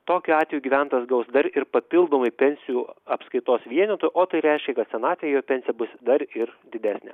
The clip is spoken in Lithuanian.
tokiu atveju gyventojas gaus dar ir papildomai pensijų apskaitos vienetų o tai reiškia kad senatvėje jo pensija bus dar ir didesnė